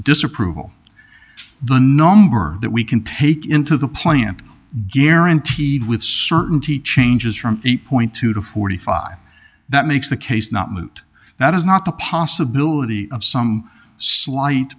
disapproval the number that we can take into the plant guaranteed with certainty changes from eight point two to forty five that makes the case not moot that is not the possibility of some slight